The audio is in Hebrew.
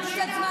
עוד קצת זמן.